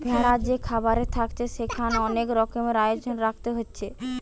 ভেড়া যে খামারে থাকছে সেখানে অনেক রকমের আয়োজন রাখতে হচ্ছে